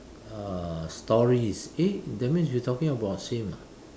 uh stories eh that means you talking about same ah